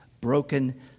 broken